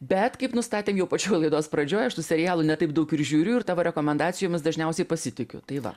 bet kaip nustatėm jau pačioj laidos pradžioj aš tų serialų ne taip daug ir žiūriu ir tavo rekomendacijomis dažniausiai pasitikiu tai va